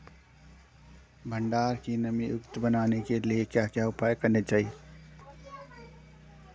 भंडारण को नमी युक्त बनाने के लिए क्या क्या उपाय करने चाहिए?